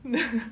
ya